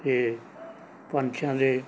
ਅਤੇ ਪੰਛੀਆਂ ਦੇ